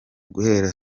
guhera